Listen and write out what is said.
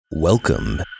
Welcome